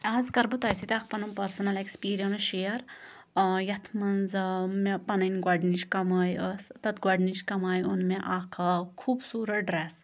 آز کَرٕ بہٕ تۄہہِ سۭتۍ اَکھ پَنُن پٔرسٕنَل ایٚکٕسپیٖریَنٕس شِیر ٲں یَتھ منٛز ٲں مےٚ پَنٕنۍ گۄڈٕنِچۍ کمٲے ٲس تَتھ گۄڈنِچۍ کَمایہِ اوٚن مےٚ اَکھ ٲں خوٗبصوٗرت ڈرٛیٚس